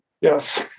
Yes